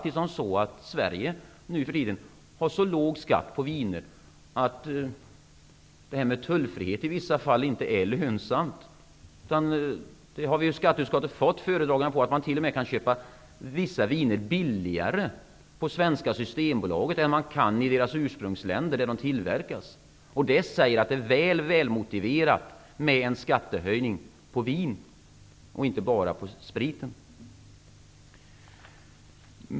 Sverige har nu för tiden så låg skatt på viner att tullfrihet i vissa fall inte är lönsamt. Skatteutskottet har fått föredragningar om att vissa viner t.o.m. kan köpas billigare på svenska Systembolaget än i de länder där de tillverkas. Därför är det välmotiverat med en skattehöjning på vin och inte bara på sprit.